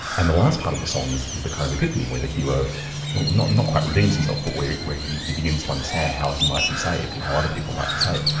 and the last part of the song is is the kind of epiphany where the hero not not quite redeems himself, but where where he he begins to understand how he might be saved and how other people might be saved.